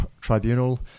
Tribunal